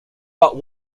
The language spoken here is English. but